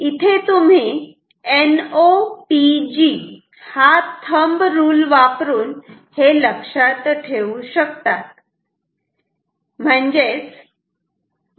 इथे तुम्ही NOPG हा थांब रुल वापरून हे लक्षात ठेवू शकतात